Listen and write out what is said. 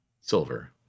Silver